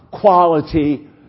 Quality